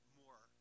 more